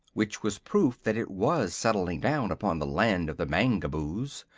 which was proof that it was settling down upon the land of the mangaboos.